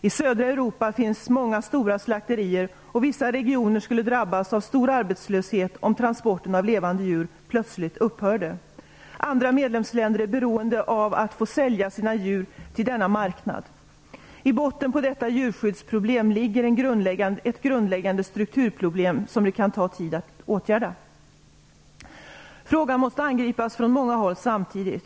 I södra Europa finns många stora slakterier och vissa regioner skulle drabbas av stor arbetslöshet om transporten av levande djur plötsligt upphörde. Andra medlemsländer är beroende av att få sälja sina djur till denna marknad. I botten på detta djurskyddsproblem ligger ett grundläggande strukturproblem som det kan ta tid att åtgärda. Frågan måste angripas från många håll samtidigt.